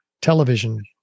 television